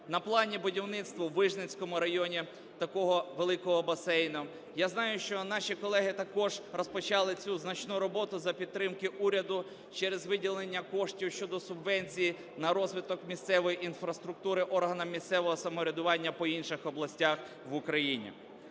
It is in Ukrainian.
На плані будівництво у Вижницькому районі такого великого басейну. Я знаю, що наші колеги також розпочали цю значну роботу, за підтримки уряду, через виділення коштів щодо субвенцій на розвиток місцевої інфраструктури органами місцевого самоврядування по інших областях в Україні.